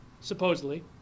supposedly